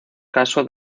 caso